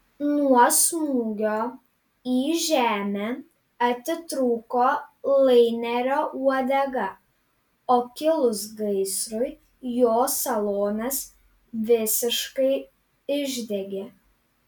nuo smūgio į žemę atitrūko lainerio uodega o kilus gaisrui jo salonas visiškai išdegė